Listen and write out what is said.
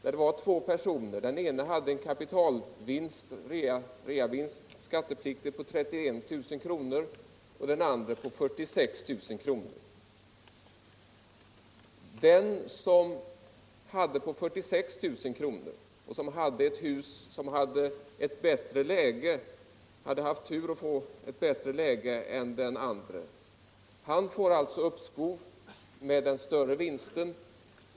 En person har en skattepliktig reavinst på 31 000 kr., en annan person har en skattepliktig reavinst på 46 000 kr. Den senare har haft turen att få ett hus med bättre läge än den förre. Han får alltså uppskov med skatten på den större vinsten.